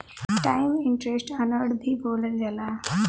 times interest earned भी बोलल जाला